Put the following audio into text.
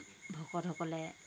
ভকতসকলে